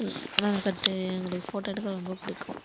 எங்களுக்கு ஃபோட்டோ எடுக்க ரொம்ப பிடிக்கும்